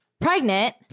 pregnant